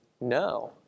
no